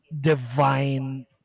divine